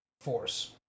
Force